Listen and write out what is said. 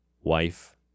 wife